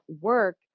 work